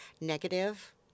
negative